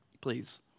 please